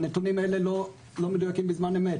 הנתונים האלה לא מדויקים בזמן אמת,